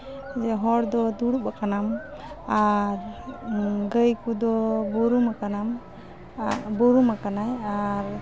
ᱡᱮ ᱦᱚᱲ ᱫᱚ ᱫᱩᱲᱩᱵ ᱟᱠᱟᱱᱟᱢ ᱟᱨ ᱜᱟᱹᱭ ᱠᱚᱫᱚ ᱵᱩᱨᱩᱢ ᱟᱠᱟᱱᱟᱢ ᱟᱨ ᱵᱩᱨᱩᱢ ᱟᱠᱟᱱᱟᱭ ᱟᱨ